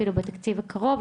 אפילו בתקציב הקרוב,